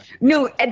No